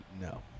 No